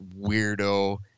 weirdo